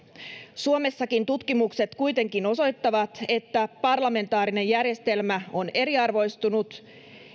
suomessakin tutkimukset kuitenkin osoittavat että parlamentaarinen järjestelmä on eriarvoistunut